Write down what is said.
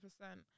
percent